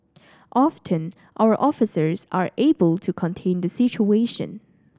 often our officers are able to contain the situation